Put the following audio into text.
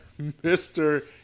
Mr